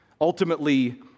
ultimately